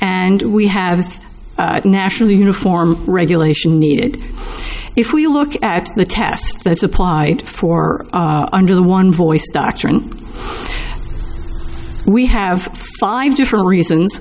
and we have nationally uniform regulation needed if we look at the task that's applied for under the one voice doctrine we have five different reasons